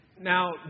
Now